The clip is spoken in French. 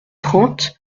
trente